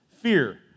Fear